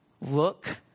look